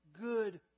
good